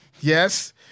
yes